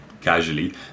casually